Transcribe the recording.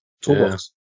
Toolbox